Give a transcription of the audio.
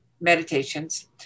meditations